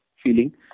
feeling